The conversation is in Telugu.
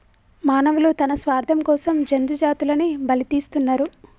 మానవులు తన స్వార్థం కోసం జంతు జాతులని బలితీస్తున్నరు